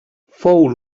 fou